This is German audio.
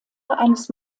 eines